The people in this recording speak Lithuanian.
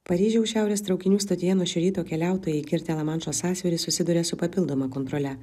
paryžiaus šiaurės traukinių stotyje nuo šio ryto keliautojai kirtę lamanšo sąsiaurį susiduria su papildoma kontrole